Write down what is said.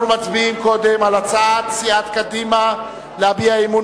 אנחנו מצביעים קודם על הצעת סיעת קדימה להביע אי-אמון